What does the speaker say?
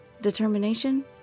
Determination